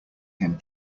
him